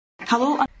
Hello